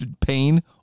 pain